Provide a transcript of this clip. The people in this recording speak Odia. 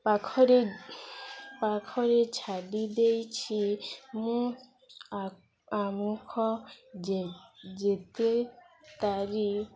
ପାଖରେ ପାଖରେ ଛାଡ଼ି ଦେଇଛି ମୁଁ ଆ ଆମୁଖ ଯେ ଯେତେ ତାରି